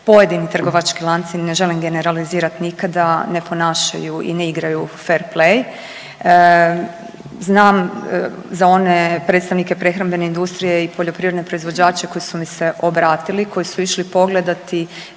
pojedini trgovački lanci ne želim generalizirati nikada ne ponašaju i ne igraju fer play. Znam za one predstavnike prehrambene industrije i poljoprivredne proizvođače koji su mi se obratili, koji su išli pogledati